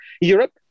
Europe